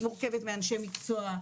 היא מורכבת מאנשי מקצוע,